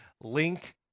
Link